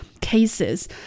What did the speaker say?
cases